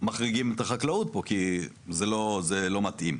מחריגים את החקלאות פה כי זה לא מתאים.